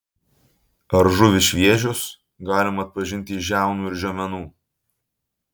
ar žuvys šviežios galima atpažinti iš žiaunų ir žiomenų